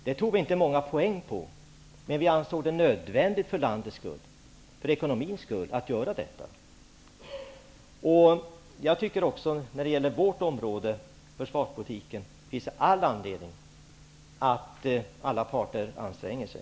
Det tog vi inte många poäng på, men vi ansåg att det var nödvändigt att göra detta för ekonomins och landets skull. Inom vårt område, försvarspolitiken, finns det all anledning för alla parter att anstränga sig.